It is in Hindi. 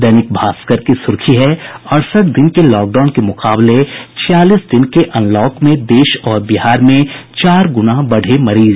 दैनिक भास्कर की सुर्खी है अड़सठ दिन के लॉकडाउन के मुकाबले छियालीस दिन के अनलॉक में देश और बिहार में चार गुना बढ़े मरीज